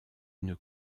une